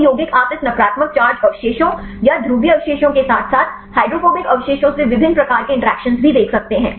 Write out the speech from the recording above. ये यौगिक आप इस नकारात्मक चार्ज अवशेषों या ध्रुवीय अवशेषों के साथ साथ हाइड्रोफोबिक अवशेषों से विभिन्न प्रकार के इंटरैक्शन भी देख सकते हैं